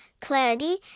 clarity